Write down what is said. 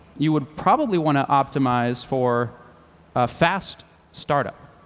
you would probably want to optimize for fast startup.